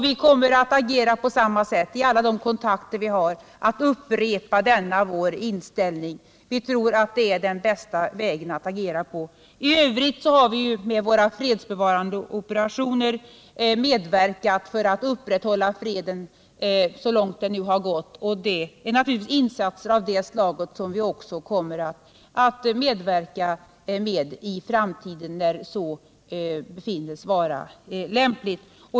Vi kommer att agera på samma sätt i alla de kontakter vi har: att upprepa denna vår inställning. Vi tror att det - Om Sveriges är den bästa vägen att agera på. ställningstagande i I övrigt har vi ju genom våra fredsbevarande operationer medverkat — Mellanösternkon för att upprätthålla freden så långt det nu har gått, och det är naturligtvis — flikten insatser av det slaget som vi också kommer att medverka med i framtiden, när så befinnes lämpligt.